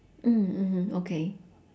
mm mmhmm okay